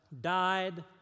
died